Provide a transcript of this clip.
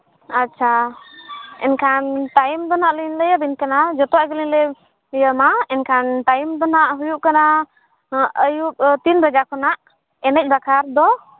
ᱟᱪᱪᱷᱟ ᱮᱱᱠᱷᱟᱱ ᱴᱟᱭᱤᱢ ᱫᱚ ᱱᱟᱜ ᱞᱤᱧ ᱞᱟᱹᱭᱟᱵᱤᱱ ᱠᱟᱱᱟ ᱡᱚᱛᱚᱣᱟᱜ ᱜᱮᱞᱤᱧ ᱞᱟᱹᱭᱟᱢᱟ ᱮᱱᱠᱷᱟᱱ ᱴᱟᱭᱤᱢ ᱫᱚ ᱦᱟᱸᱜ ᱦᱩᱭᱩᱜ ᱠᱟᱱᱟ ᱱᱚᱣᱟ ᱟᱹᱭᱩᱵᱽ ᱛᱤᱱ ᱵᱟᱡᱮ ᱠᱷᱚᱱᱟᱜ ᱮᱱᱮᱡ ᱵᱟᱠᱷᱨᱟ ᱛᱮᱫᱚ